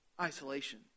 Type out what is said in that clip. isolation